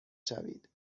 شوید